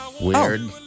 Weird